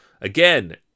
Again